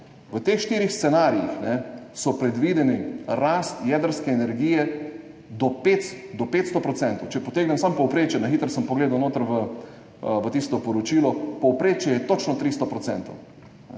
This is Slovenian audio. V teh štirih scenarijih so predvideli rast jedrske energije do 500 %. Če potegnem samo povprečje, na hitro sem pogledal v tisto poročilo, povprečje je točno 300 %.